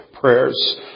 prayers